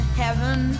heaven